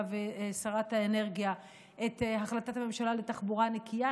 ושרת האנרגיה את החלטת הממשלה לתחבורה נקייה,